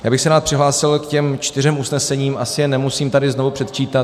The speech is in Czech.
Já bych se rád přihlásil k těm čtyřem usnesením, asi je nemusím tady znovu předčítat.